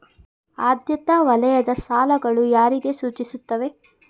ಆದ್ಯತಾ ವಲಯದ ಸಾಲಗಳು ಯಾರಿಗೆ ಸೂಚಿಸುತ್ತವೆ?